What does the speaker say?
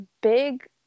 big